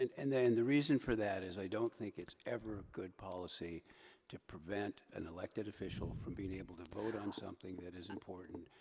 and and and the reason for that is, i don't think it's ever good policy to prevent an elected official from being able to vote on something that is important,